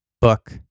book